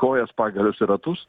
kojas pagalius į ratus